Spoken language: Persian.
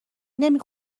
نمی